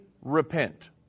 repent